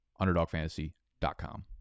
UnderdogFantasy.com